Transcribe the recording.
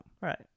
Right